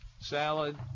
salad